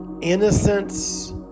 innocence